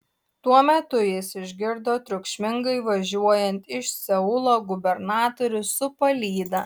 tuo metu jis išgirdo triukšmingai važiuojant iš seulo gubernatorių su palyda